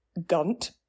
gunt